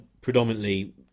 predominantly